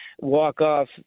walk-off